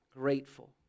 grateful